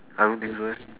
I don't think so eh